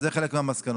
זה חלק מהמסקנות.